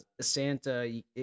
Santa